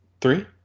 Three